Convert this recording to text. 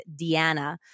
Deanna